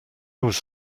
was